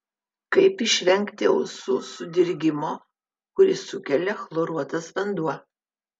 kaip išvengti ausų sudirgimo kurį sukelia chloruotas vanduo